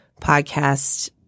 podcast